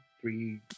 three